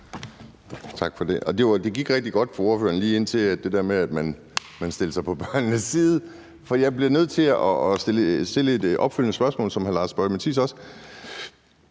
Tak for det. Det gik rigtig godt for ordføreren lige indtil det der med, at man stiller sig på børnenes side. For jeg bliver nødt til at stille et opfølgende spørgsmål om det, som hr. Lars Boje Mathiesen også